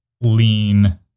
lean